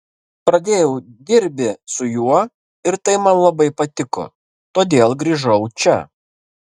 pradėjau dirbi su juo ir tai man labai patiko todėl grįžau čia